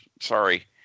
Sorry